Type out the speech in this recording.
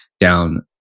down